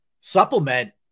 supplement